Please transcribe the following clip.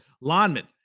lineman